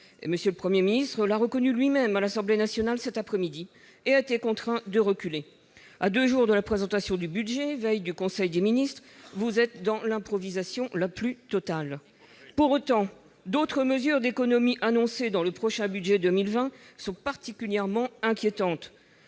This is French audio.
bonne- le Premier ministre l'a reconnu lui-même à l'Assemblée nationale cet après-midi -, l'exécutif a été contraint de reculer. À deux jours de la présentation du budget, veille du conseil des ministres, vous êtes dans l'improvisation la plus totale ! Pour autant, d'autres mesures d'économies annoncées dans le prochain budget 2020 sont particulièrement inquiétantes.